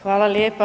Hvala lijepa.